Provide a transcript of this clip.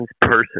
person